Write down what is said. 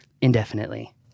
indefinitely